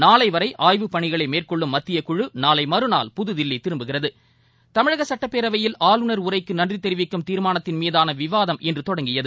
நாளை வரை ஆய்வுப் பணிகளை மேற்கொள்ளும் மத்தியக்குழு நாளை மறுநாள் புதுதில்லி திரும்புகிறது தமிழக சட்டப்பேரவையில் ஆளுநர் உரைக்கு நன்றி தெரிவிக்கும் தீர்மானத்தின் மீதான விவாதம் இன்று தொடங்கியது